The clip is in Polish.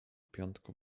piątku